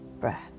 breath